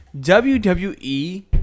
WWE